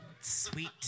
Sweet